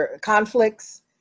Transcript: conflicts